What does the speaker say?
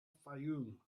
fayoum